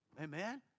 Amen